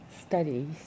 studies